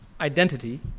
Identity